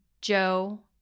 Joe